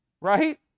right